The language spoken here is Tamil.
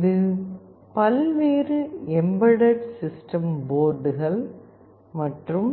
இது பல்வேறு எம்பெட்டட் சிஸ்டம் போர்டுகள் மற்றும்